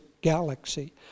galaxy